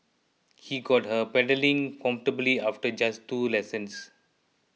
he got her pedalling comfortably after just two lessons